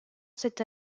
cette